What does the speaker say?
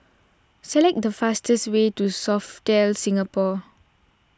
select the fastest way to Sofitel Singapore